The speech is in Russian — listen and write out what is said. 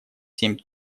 семь